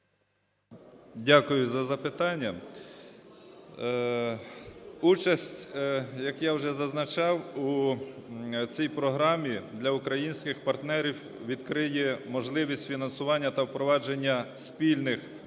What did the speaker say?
Дякую за запитання. Участь, як я вже зазначав, у цій програмі для українських партнерів відкриє можливість фінансування та впровадження спільних